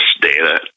data